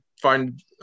find